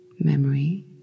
memory